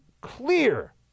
clear